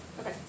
Okay